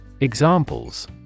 Examples